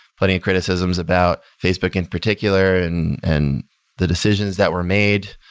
plenty of criticisms about facebook in particular and and the decisions that were made.